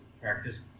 practice